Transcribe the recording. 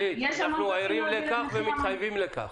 גלית, אנחנו ערים לכך ומתחייבים לכך.